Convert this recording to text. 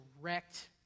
direct